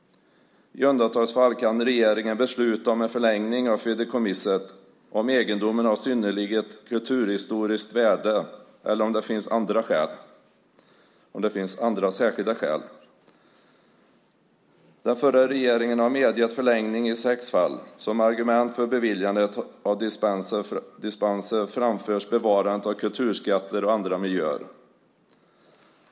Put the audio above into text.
I undantagsfall kan regeringen besluta om en förlängning av fideikommisset om egendomen är av synnerligt kulturhistoriskt värde eller om det finns andra särskilda skäl. Den förra regeringen medgav förlängning i sex fall. Som argument för beviljande av dispenser nämns bevarandet av kulturskatter och andra miljöer.